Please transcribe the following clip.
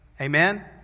amen